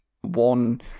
one